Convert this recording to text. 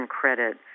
credit